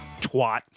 Twat